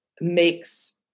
makes